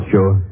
Sure